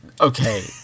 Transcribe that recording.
okay